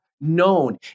known